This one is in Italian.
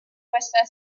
questa